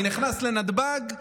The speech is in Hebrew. אני נכנס לנתב"ג,